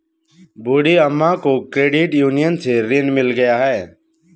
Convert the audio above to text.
बूढ़ी अम्मा को credit union से ऋण मिल गया है